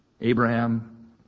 Abraham